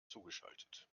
zugeschaltet